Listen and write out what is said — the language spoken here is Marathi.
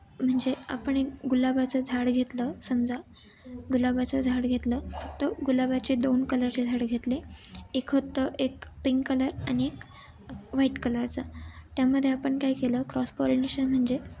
म्हणजे आपण एक गुलाबाचं झाड घेतलं समजा गुलाबाचं झाड घेतलं फक्त गुलाबाचे दोन कलरचे झाडं घेतले एक होतं एक पिंक कलर आणि एक व्हाईट कलरचं त्यामध्ये आपण काय केलं क्रॉस पॉलिनेशन म्हणजे